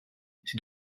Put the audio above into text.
c’est